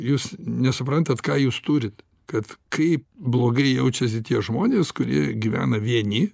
jūs nesuprantat ką jūs turit kad kaip blogai jaučiasi tie žmonės kurie gyvena vieni